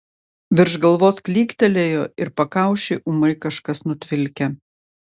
virš galvos klyktelėjo ir pakaušį ūmai kažkas nutvilkė